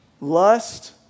Lust